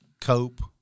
cope